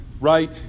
right